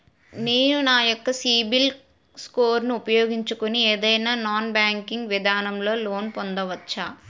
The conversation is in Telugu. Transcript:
నేను నా యెక్క సిబిల్ స్కోర్ ను ఉపయోగించుకుని ఏదైనా నాన్ బ్యాంకింగ్ విధానం లొ లోన్ పొందవచ్చా?